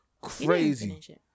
Crazy